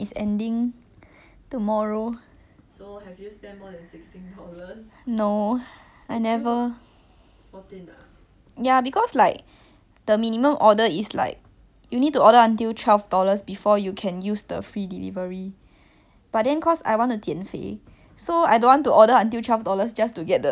ya because like the minimum order is like you need to order until twelve dollars before you can use the free delivery but then cause I want to 减肥 so I don't want to order until twelve dollars just to get the free delivery but actually is more 划算 you know like I'm paying eleven plus including delivery